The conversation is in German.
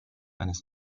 eines